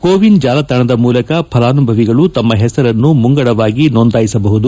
ಕೋವಿನ್ ಜಾಲತಾಣದ ಮೂಲಕ ಫಲಾನುಭವಿಗಳು ತಮ್ನ ಹೆಸರನ್ನು ಮುಂಗಡವಾಗಿ ನೋಂದಾಯಿಸಬಹುದಾಗಿದೆ